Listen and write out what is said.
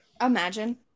imagine